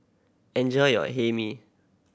enjoy your Hae Mee